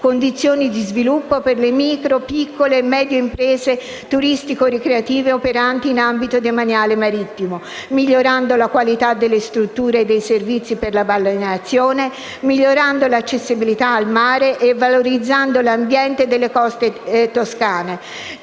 condizioni di sviluppo per le micro, piccole e medie imprese turistico - ricreative operanti in ambito demaniale e marittimo, migliorando la qualità delle strutture e dei servizi per la balneazione, migliorando l'accessibilità al mare e valorizzando l'ambiente delle coste toscane.